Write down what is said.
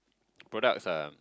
products lah